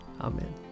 Amen